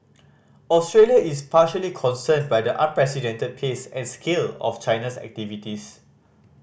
Australia is particularly concerned by the unprecedented pace and scale of China's activities